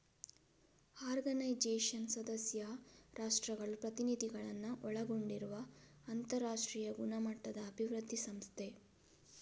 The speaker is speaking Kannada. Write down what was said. ಆರ್ಗನೈಜೇಷನ್ ಸದಸ್ಯ ರಾಷ್ಟ್ರಗಳ ಪ್ರತಿನಿಧಿಗಳನ್ನ ಒಳಗೊಂಡಿರುವ ಅಂತರಾಷ್ಟ್ರೀಯ ಗುಣಮಟ್ಟದ ಅಭಿವೃದ್ಧಿ ಸಂಸ್ಥೆ